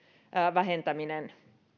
vähentäminen